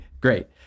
Great